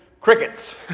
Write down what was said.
crickets